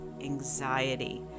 anxiety